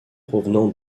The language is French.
provenant